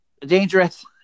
dangerous